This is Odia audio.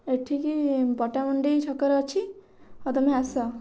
ଏଠିକି ପଟାମୁଣ୍ଡେଇ ଛକରେ ଅଛି ଆଉ ତମେ ଆସ